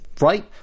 right